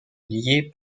liées